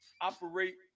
operate